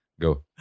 Go